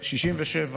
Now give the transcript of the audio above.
בזה אני אסיים: ב-67',